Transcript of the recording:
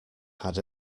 had